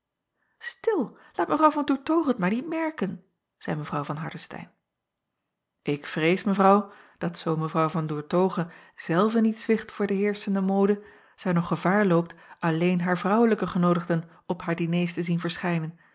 til aat w an oertoghe t maar niet merken zeî w van ardestein k vrees evrouw dat zoo w an oertoghe zelve niet zwicht voor de heerschende mode zij nog gevaar loopt alleen haar vrouwelijke genoodigden op haar diners te zien verschijnen